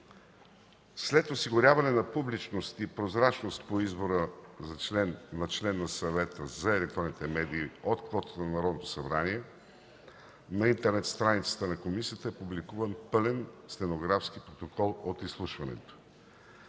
оглед осигуряване на публичност и прозрачност по избора на член на Съвета за електронни медии от квотата на Народното събрание, на интернет страницата на Комисията е публикуван пълен стенографски протокол от изслушването.